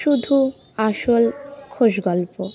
শুধু আসল খোশগল্প